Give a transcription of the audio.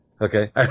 Okay